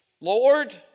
Lord